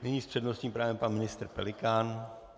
Nyní s přednostním právem pan ministr Pelikán.